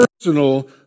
personal